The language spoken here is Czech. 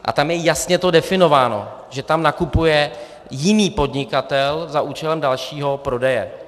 A tam je to jasně definováno, že tam nakupuje jiný podnikatel za účelem dalšího prodeje.